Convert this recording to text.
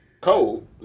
Cold